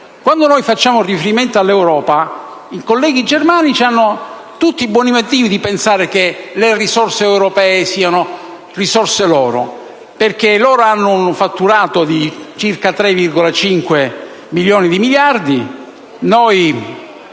Quando facciamo riferimento all'Europa, i colleghi germanici hanno tutti i buoni motivi di pensare che le risorse europee siano risorse loro, perché loro hanno un fatturato di circa 3.500 miliardi